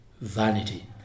vanity